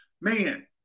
man